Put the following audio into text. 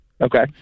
Okay